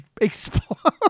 explode